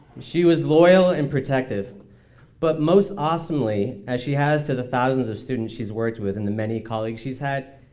she was loyal and protective but most awesomely, as she has to the thousands of students she's worked worked with and the many colleagues she's had,